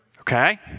Okay